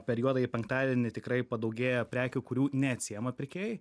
per juodąjį penktadienį tikrai padaugėja prekių kurių neatsiema pirkėjai